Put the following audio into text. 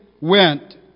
went